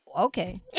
okay